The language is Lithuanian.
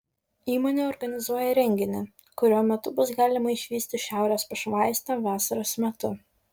įmonė organizuoja renginį kurio metu bus galima išvysti šiaurės pašvaistę vasaros metu